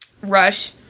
Rush